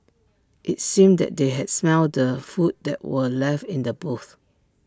IT seemed that they had smelt the food that were left in the boots